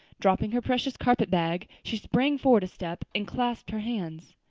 dropping her precious carpet-bag she sprang forward a step and clasped her hands.